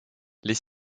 les